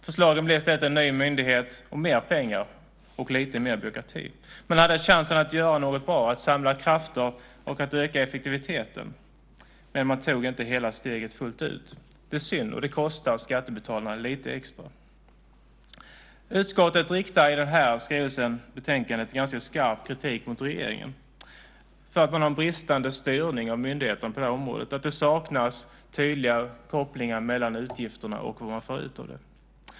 Förslaget blev i stället en ny myndighet, mer pengar och lite mer byråkrati. Man hade chansen att göra något bra, att samla krafter och att öka effektiviteten. Men man tog inte hela steget fullt ut. Det är synd, och det kostar skattebetalarna lite extra. Utskottet riktar i betänkandet ganska skarp kritik mot regeringen för att man har en bristande styrning av myndigheterna på detta område och för att det saknas tydliga kopplingar mellan utgifterna och vad man får ut av dem.